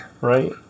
Right